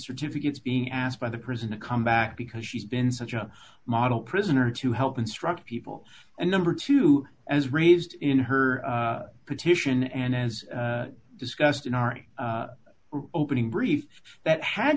certificates being asked by the prison to come back because she's been such a model prisoner to help instruct people and number two as raised in her petition and as discussed in our opening brief that had